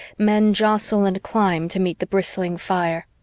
men jostle and climb to meet the bristling fire.